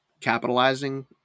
capitalizing